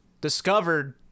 discovered